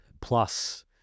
plus